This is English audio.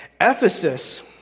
Ephesus